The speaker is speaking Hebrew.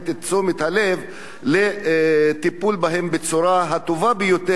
תשומת הלב לטיפול בהם בצורה הטובה ביותר,